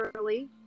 early